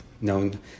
known